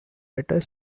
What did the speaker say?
better